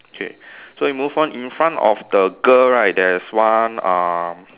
okay so we move on in front of the girl right there's one uh